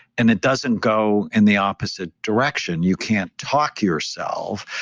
and it doesn't go in the opposite direction. you can't talk yourself.